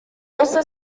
also